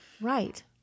Right